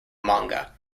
manga